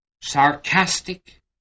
sarcastic